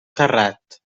terrat